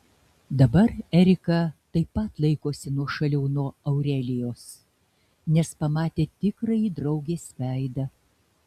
dabar erika taip pat laikosi nuošaliau nuo aurelijos nes pamatė tikrąjį draugės veidą